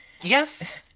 yes